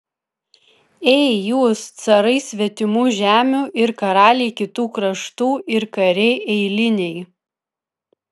ei jūs carai svetimų žemių ir karaliai kitų kraštų ir kariai eiliniai